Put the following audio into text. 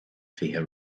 fiche